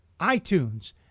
iTunes